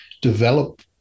develop